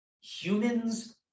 humans